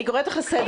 אני קוראת אותך לסדר,